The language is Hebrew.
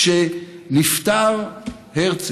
כשנפטר הרצל,